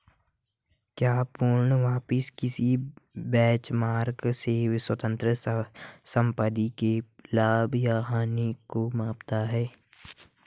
क्या पूर्ण वापसी किसी बेंचमार्क से स्वतंत्र संपत्ति के लाभ या हानि को मापता है?